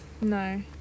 No